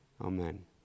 amen